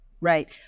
Right